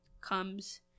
comes